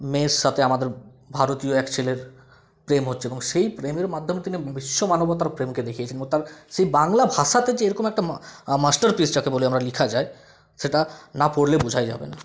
মেয়ের সাতে আমাদের ভারতীয় এক ছেলের প্রেম হচ্ছে এবং সেই প্রেমের মাদ্যমে তিনি বিশ্ব মানবতার প্রেমকে দেখিয়েছেন এবং তার সে বাংলা ভাষাতে যে এরকম একটা মাস্টার পিস যাকে বলে আমরা লেখা যায় সেটা না পড়লে বোঝাই যাবে না